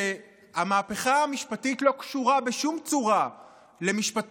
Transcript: שהמהפכה המשפטית לא קשורה בשום צורה למשפטו,